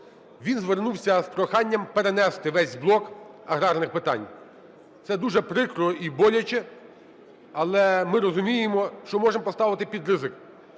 він звернувся з проханням перенести весь блок аграрних питань. Це дуже прикро і боляче, але ми розуміємо, що можемо поставити під ризик